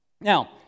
now